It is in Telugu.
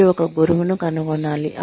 మీరు ఒక గురువును కనుగొనాలి